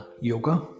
yoga